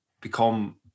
become